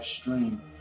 stream